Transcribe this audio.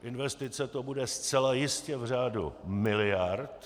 Investice to bude zcela jistě v řádu miliard.